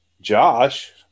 Josh